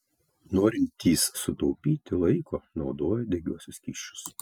norintys sutaupyti laiko naudoja degiuosius skysčius